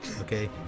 okay